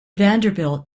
vanderbilt